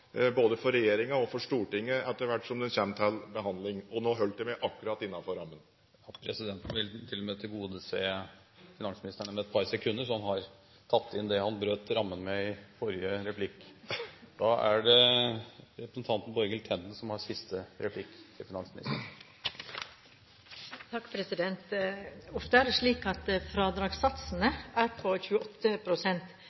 både for regjeringen og for Stortinget etter hvert som den kommer til behandling. – Og nå holdt jeg meg akkurat innenfor rammen! Presidenten vil til og med tilgodese finansministeren med et par sekunder, så han har tatt inn det han brøt rammen med i forrige replikk! Ofte er det er slik at